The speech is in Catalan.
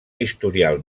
historial